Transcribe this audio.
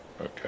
Okay